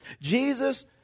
Jesus